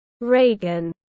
Reagan